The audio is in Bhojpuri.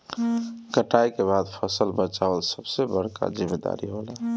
कटाई के बाद फसल बचावल सबसे बड़का जिम्मेदारी होला